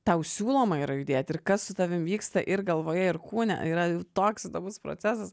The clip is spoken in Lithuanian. tau siūloma yra judėt ir kas su tavim vyksta ir galvoje ir kūne yra jau toks įdomus procesas